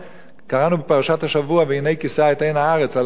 קראנו בפרשת השבוע: "כִסה את עין הארץ" על הארבה,